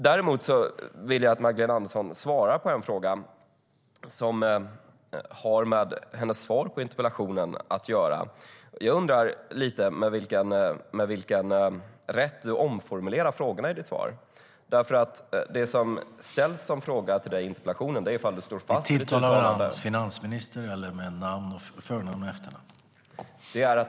Jag vill att Magdalena Andersson svarar på en fråga som har med hennes svar på interpellationen att göra. Jag undrar med vilken rätt du omformulerar mina frågor i ditt svar.